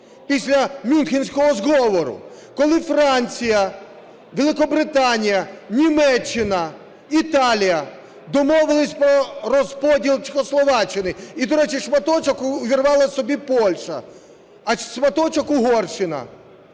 після Мюнхенського зговору, коли Франція, Великобританія. Німеччина, Італія домовилися про розподіл Чехословаччини. І, до речі, шматочок увірвала собі Польща, а шматочок – Угорщина.